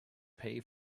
pay